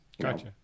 Gotcha